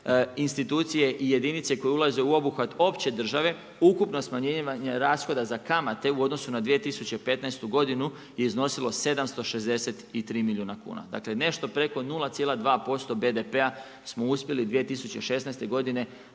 institucije i jedinice koje ulaze u obuhvat opće države, ukupno smanjivanje rashoda za kamate u odnosu na 2015. godinu je iznosilo 763 milijuna kuna, dakle nešto preko 0,2% BDP-a smo uspjeli 2016. godine